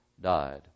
died